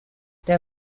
der